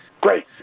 Great